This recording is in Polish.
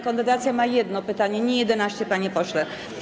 Konfederacja ma jedno pytanie, nie 11, panie pośle.